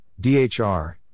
DHR